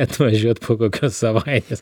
atvažiuot po kokios savaitės